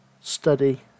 study